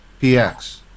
px